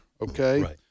okay